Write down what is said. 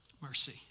Mercy